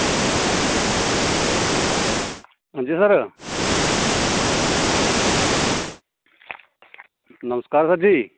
अंजी सर नमस्कार सर जी